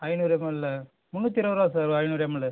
ஐநூறு M L முந்நூற்றி இருபது ரூபா சார் ஐநூறு எம் எல்லு